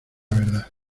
verdad